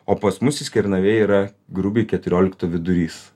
o pas mus jis kernavėj yra grubiai keturiolikto vidurys